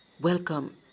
Welcome